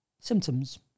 symptoms